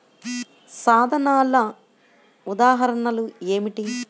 సాధనాల ఉదాహరణలు ఏమిటీ?